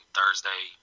Thursday